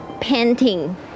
painting